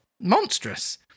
monstrous